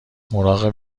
مراقب